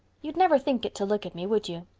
you'd never think it to look at me, would you?